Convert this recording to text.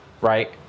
right